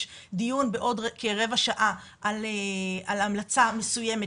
יש דיון בעוד כרבע שעה על המלצה מסוימת